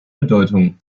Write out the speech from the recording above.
bedeutung